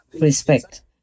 respect